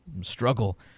struggle